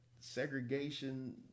segregation